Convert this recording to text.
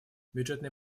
бюджетные